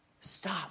Stop